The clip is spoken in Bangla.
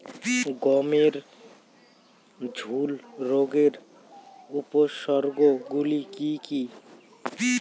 গমের ঝুল রোগের উপসর্গগুলি কী কী?